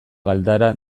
galdara